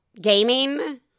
gaming